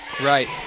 Right